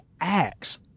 acts